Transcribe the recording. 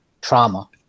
trauma